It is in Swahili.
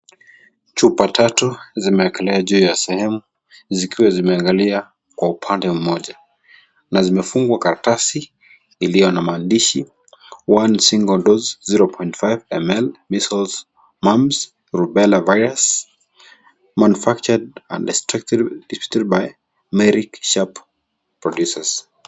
Chupa tatu zimeekelewa juu ya sehemu zikiwa zimeangalia kwa upande mmoja na zimefungwa karatasi iliyo na maandishi 1 single dose 0.5ml measles mumps rubella virus manufactured and distributed by marck sharp producers .